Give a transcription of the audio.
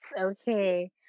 Okay